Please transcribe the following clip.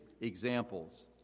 examples